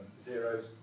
zeros